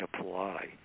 apply